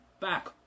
Back